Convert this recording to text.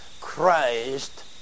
Christ